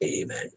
Amen